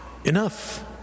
enough